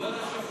כבוד השופטת.